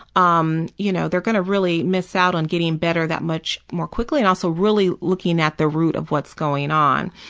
um you know they're going to really miss out on getting better that much more quickly and also really looking at the root of what's going on.